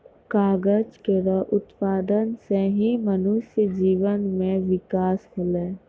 कागज केरो उत्पादन सें ही मनुष्य जीवन म बिकास होलै